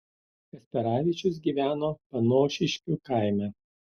kasperavičius gyveno panošiškių kaime